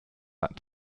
that